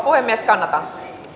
puhemies kannatan